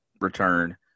return